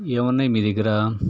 ఏమున్నాయి మీ దగ్గరా